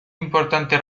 importante